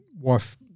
Wife